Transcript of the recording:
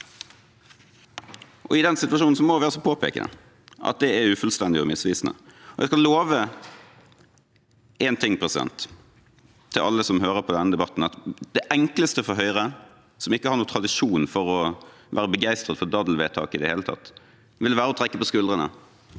2023 sjonen må vi altså påpeke at det er ufullstendig og misvisende. Jeg skal love én ting til alle som hører på denne debatten: Det enkleste for Høyre, som ikke har noen tradisjon for å være begeistret for daddelvedtak i det hele tatt, ville vært å trekke på skuldrene